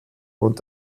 und